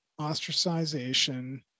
ostracization